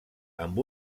amb